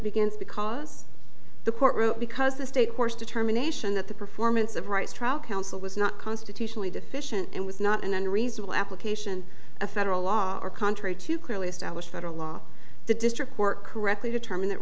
begins because the court room because the state courts determination that the performance of rights trial counsel was not constitutionally deficient and was not an unreasonable application of federal law or contrary to clearly established federal law the district work correctly determine that